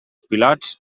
pilots